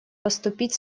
поступить